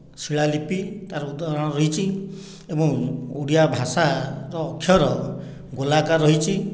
ଶିଳାଲିପି ତାର ଉଦାହରଣ ରହିଛି ଏବଂ ଓଡ଼ିଆ ଭାଷାର ଅକ୍ଷର ଗୋଲାକାର ରହିଛି